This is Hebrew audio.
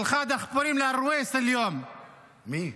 שלחה דחפורים לארוויס --- מי?